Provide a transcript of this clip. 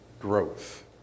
growth